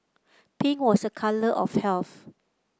pink was a colour of health